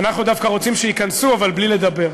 אנחנו דווקא רוצים שייכנסו, אבל בלי לדבר.